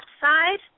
side